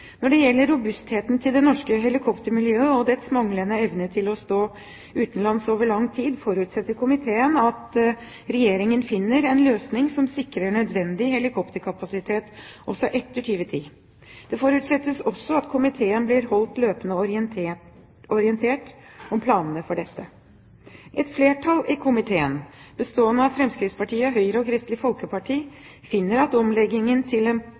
Når det gjelder robustheten til det norske helikoptermiljøet og dets manglende evne til å stå utenlands over lang tid, forutsetter komiteen at Regjeringen finner en løsning som sikrer nødvendig helikopterkapasitet også etter 2010. Det forutsettes også at komiteen blir holdt løpende orientert om planene for dette. Et flertall i komiteen, bestående av Fremskrittspartiet, Høyre og Kristelig Folkeparti, finner at omleggingen til en